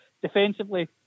defensively